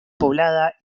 poblada